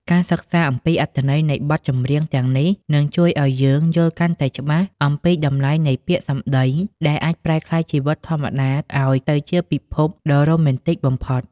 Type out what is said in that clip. ការសិក្សាអំពីអត្ថន័យនៃបទចម្រៀងទាំងនេះ នឹងជួយឱ្យយើងយល់កាន់តែច្បាស់អំពីតម្លៃនៃ "ពាក្យសម្តី" ដែលអាចប្រែក្លាយជីវិតធម្មតាឱ្យទៅជាពិភពដ៏រ៉ូមែនទិកបំផុត។